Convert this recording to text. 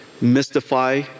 mystify